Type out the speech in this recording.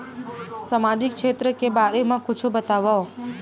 सामाजिक क्षेत्र के बारे मा कुछु बतावव?